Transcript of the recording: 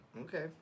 Okay